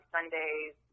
Sundays